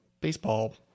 baseball